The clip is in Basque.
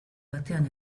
batean